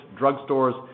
drugstores